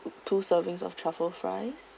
two servings of truffle fries